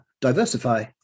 diversify